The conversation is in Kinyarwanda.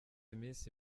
iminsi